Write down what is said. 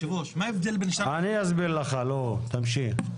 אני אסביר לך לא הוא, תמשיך.